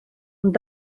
ond